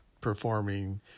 performing